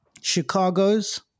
Chicago's